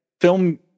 film